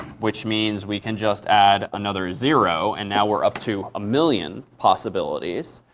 which means we can just add another zero. and now, we're up to a million possibilities.